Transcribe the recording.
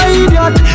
idiot